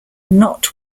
not